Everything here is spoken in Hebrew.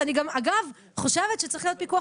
שאני גם אגב חושבת שצריך להיות פיקוח